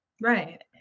Right